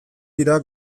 dira